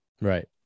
Right